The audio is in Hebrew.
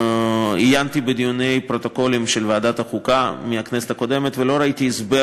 עיינתי בפרוטוקולים של דיוני ועדת החוקה בכנסת הקודמת ולא ראיתי הסבר